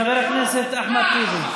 חבר הכנסת אחמד טיבי,